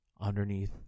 underneath